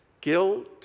guilt